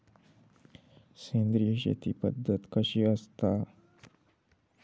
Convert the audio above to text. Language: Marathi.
सेंद्रिय शेती पद्धत कशी असता?